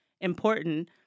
important